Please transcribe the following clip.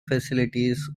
facilities